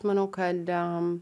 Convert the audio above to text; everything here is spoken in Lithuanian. manau kad